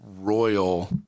royal